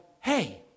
hey